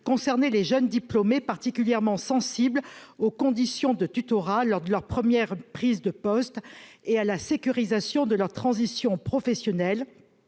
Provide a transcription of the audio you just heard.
concernés, les jeunes diplômés particulièrement sensible aux conditions de tutorat lors de leur première prise de poste et à la sécurisation de leur transition professionnelle